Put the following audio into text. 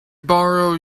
borrow